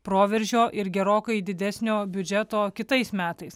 proveržio ir gerokai didesnio biudžeto kitais metais